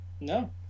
No